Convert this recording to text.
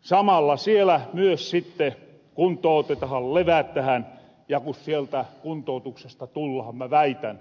samalla siellä myös sitte kuntoutetahan levätähän ja ku sieltä kuntoutuksesta tullahan mä väitän